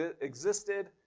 existed